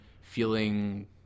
feeling